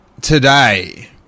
today